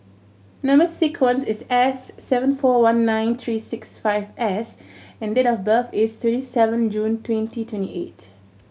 number sequence is S seven four one nine three six five S and date of birth is twenty seven June twenty twenty eight